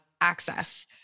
access